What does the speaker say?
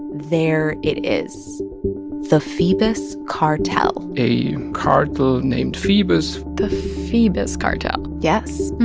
there it is the phoebus cartel a cartel named phoebus the phoebus cartel yes.